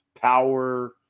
Power